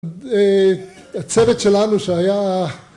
הצוות שלנו שהיה